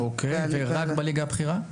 אוקיי, ורק בליגה הבכירה?